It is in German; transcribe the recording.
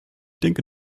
denke